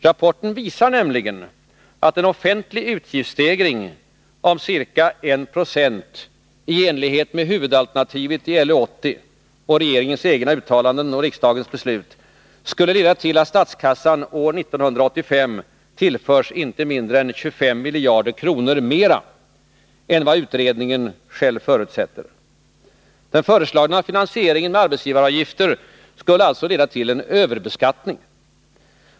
Rapporten visar nämligen att en offentlig utgiftsstegring om ca 196 i enlighet med huvudalternativet i LU 80 och regeringens egna uttalanden samt riksdagens i höstas fattade beslut skulle leda till att statskassan 1985 tillförs inte mindre än 25 miljarder kronor mer än vad utredningen själv förutsätter. Den föreslagna finansieringen med arbetsgivaravgifter skulle alltså leda till en överbeskattning.